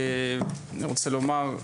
אני רוצה לומר,